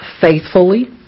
faithfully